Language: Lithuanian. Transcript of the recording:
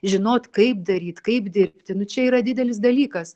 žinot kaip daryt kaip dirbti nu čia yra didelis dalykas